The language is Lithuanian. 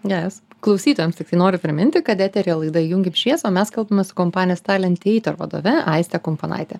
geras klausytojams tiktai noriu priminti kad eteryje laida įjunkim šviesą o mes kalbamės su kompanijos talentator vadove aiste kumponaite